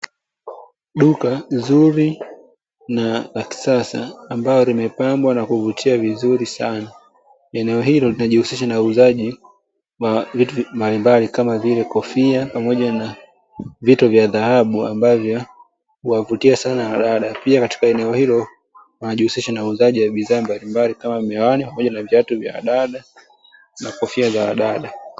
Duka zuri na la kisasa ambalo limepambwa na kuvutia vizuri sana, eneo hilo linajihusisha na uuzaji wa vitu mbalimbali kama vile kofia pamoja na vito vya dhahabu ambavyo huwavutia sana wadada, pia katika eneo hilo wanajihusisha na uuzaji mbalimbali kama miwani pamoja na uuzaji wa viatu vya wadada na kofia za wadada.